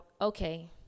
okay